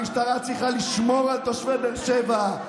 המשטרה צריכה לשמור על תושבי באר שבע,